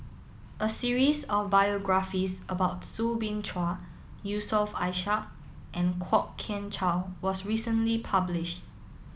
a series of biographies about Soo Bin Chua Yusof Ishak and Kwok Kian Chow was recently published